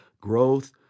growth